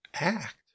act